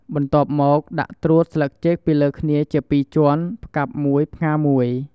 បន្ទាប់មកដាក់ត្រួតស្លឹកចេកពីលើគ្នាជាពីរជាន់ ផ្កាប់មួយ ផ្ងារមួយ។